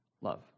love